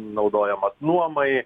naudojamos nuomai